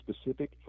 specific